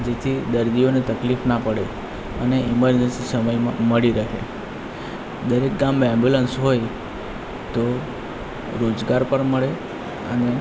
જેથી દર્દીઓને તકલીફ ના પડે અને ઇમરજન્સી સમયમાં મળી રહે દરેક ગામમાં ઍમ્બ્યુલન્સ હોય તો રોજગાર પણ મળે અને